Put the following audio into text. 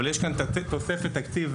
אבל יש כאן תוספת תקציב.